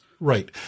Right